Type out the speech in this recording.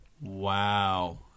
Wow